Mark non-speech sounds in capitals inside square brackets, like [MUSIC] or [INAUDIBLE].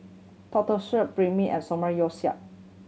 [UNINTELLIGIBLE] Banh Mi and Samgeyopsal